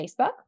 Facebook